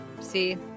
See